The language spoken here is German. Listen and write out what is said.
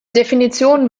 definitionen